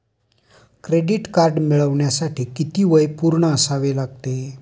Credit card मिळवण्यासाठी किती वय पूर्ण असावे लागते?